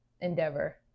endeavor